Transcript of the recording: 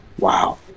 Wow